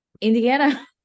Indiana